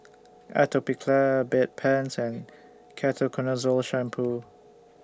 Atopiclair Bedpans and Ketoconazole Shampoo